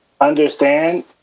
understand